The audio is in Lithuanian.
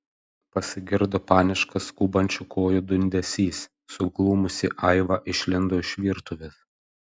pasigirdo paniškas skubančių kojų dundesys suglumusi aiva išlindo iš virtuvės